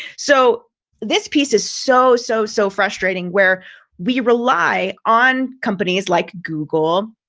so this piece is so so so frustrating where we rely on companies like google,